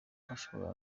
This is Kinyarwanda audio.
ashobora